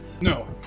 No